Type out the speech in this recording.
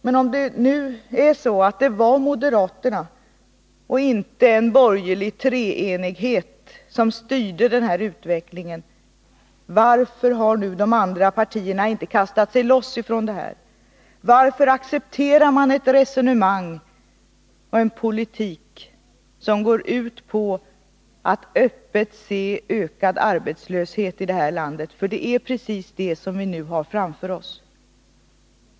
Men om det nu är så att det var moderaterna och inte en borgerlig treenighet som styrde den här utvecklingen, varför har nu de andra partierna inte kastat sig loss ifrån det här? Varför accepterar man ett resonemang och en politik som går ut på att man öppet ser en ökad arbetslöshet i det här landet? Det är nämligen precis det som vi nu har framför oss.